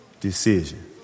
decision